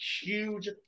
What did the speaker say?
huge